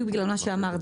בדיוק בגלל מה שאמרת.